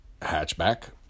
hatchback